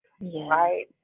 Right